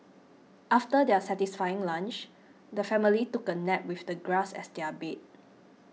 after their satisfying lunch the family took a nap with the grass as their bed